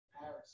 Paris